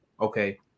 okay